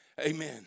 Amen